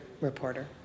reporter